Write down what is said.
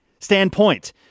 standpoint